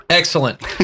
Excellent